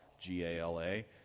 G-A-L-A